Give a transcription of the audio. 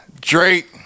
Drake